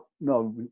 no